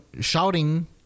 shouting